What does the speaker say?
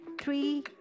three